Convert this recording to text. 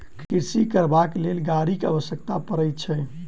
कृषि करबाक लेल गाड़ीक आवश्यकता पड़ैत छै